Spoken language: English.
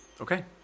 Okay